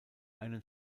einen